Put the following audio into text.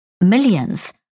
millions